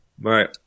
Right